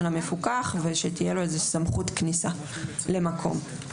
המפוקח ושתהיה לו איזה סמכות כניסה למקום.